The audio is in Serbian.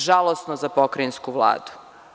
Žalosno za Pokrajinsku Vladu.